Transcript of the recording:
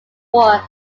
war